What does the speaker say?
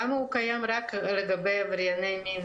למה הוא קיים רק לגבי עברייני מין?